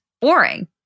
boring